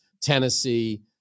Tennessee